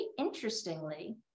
interestingly